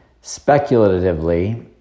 Speculatively